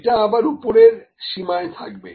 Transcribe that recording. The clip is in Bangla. এটা আবার উপরের সীমায় থাকবে